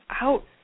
out